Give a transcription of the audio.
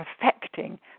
perfecting